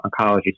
oncology